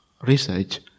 research